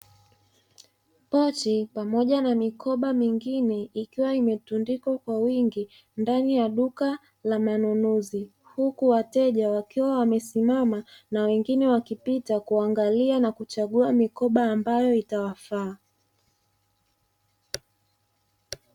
Pochi pamoja na mikoba mingine ikiwa imetundikwa kwa wingi ndani ya duka la manunuzi, huku wateja wakiwa wamesimama na wengine wakipita kuangalia na kuchagua mikoba ambayo itawafaa.